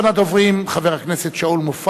הצעות לסדר-היום מס'